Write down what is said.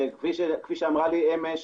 כפי שאמרה לי אמש